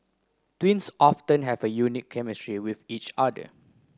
twins have a unique chemistry with each other